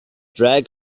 drag